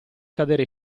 cadere